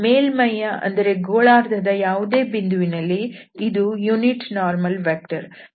ಮೇಲ್ಮೈಯ ಅಂದರೆ ಗೋಳಾರ್ಧದ ಯಾವುದೇ ಬಿಂದುವಿನಲ್ಲಿ ಇದು ಏಕಾಂಶ ಲಂಬ ಸದಿಶ